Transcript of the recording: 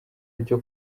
ryo